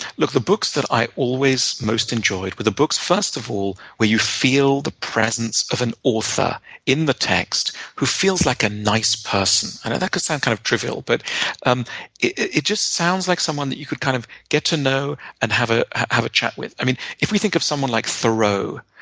look, the books that i always most enjoyed were the books, first of all, where you feel the presence of an author in the text who feels like a nice person. i know that could sound kind of trivial, but and it just sounds like someone that you could kind of get to know and have ah have a chat with. i mean, if we think of someone like thoreau,